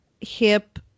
hip